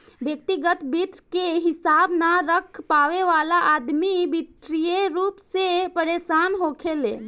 व्यग्तिगत वित्त के हिसाब न रख पावे वाला अदमी वित्तीय रूप से परेसान होखेलेन